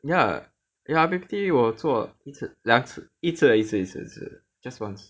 ya ya I_P_P_T 我做一次两次一次一次一次一次 just once